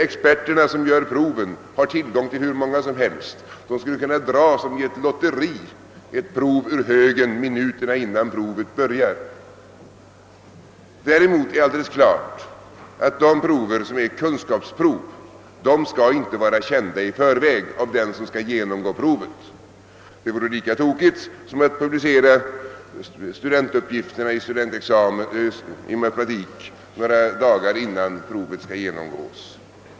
Experterna som gör proven har tillgång till hur många som helst. De skulle som i ett lotteri kunna dra ett prov ur högen minuterna innan testningen skall börja. Däremot är det alldeles klart att kunskapsprov inte skall vara kända i förväg av den som skall genomgå provet. Det vore lika tokigt som att publicera studentuppgifterna i matematik några dagar innan provet skall genomgås.